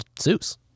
Zeus